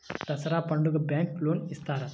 దసరా పండుగ bank loan ఇస్తారా?